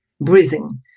breathing